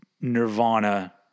Nirvana